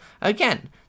again